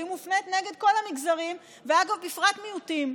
היא מופנית נגד כל המגזרים, אגב, בפרט מיעוטים.